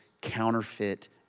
counterfeit